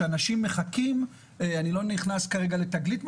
שאנשים מחכים ואני לא נכנס כרגע לתגלית.